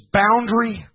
boundary